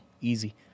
Easy